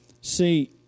See